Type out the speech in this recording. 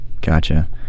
Gotcha